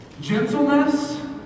Gentleness